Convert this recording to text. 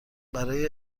برای